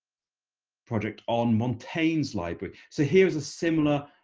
project on montaigne's library, so here's a similar